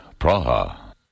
Praha